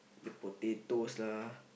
the potatoes lah